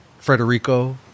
Frederico